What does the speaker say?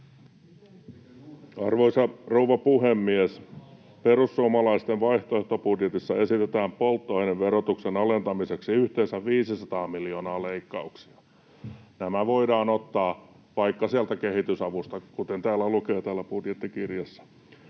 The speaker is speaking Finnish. Arvoisa rouva puhemies! Perussuomalaisten vaihtoehtobudjetissa esitetään polttoaineverotuksen alentamiseksi yhteensä 500 miljoonaa leikkauksia. Nämä voidaan ottaa vaikka sieltä kehitysavusta, kuten lukee täällä budjettikirjassa.